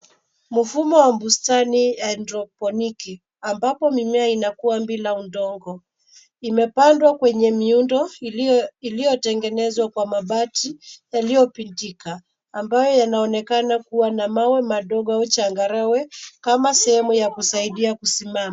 Mfumo wa bustani wa haidroponiki ambapo mimea inakua bila udongo. Imepandwa kwenye miundo iliyo iliyotengenezwa kwa mabati yaliyopinjika ambayo yanaonekana kuwa na mawe madogo au changarawe kama sehemu ya kusaidia kusimama.